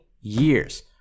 years